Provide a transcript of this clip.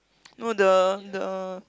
no the the